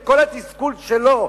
את כל התסכול שלו,